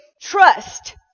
Trust